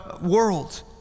world